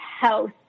house